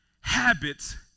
habits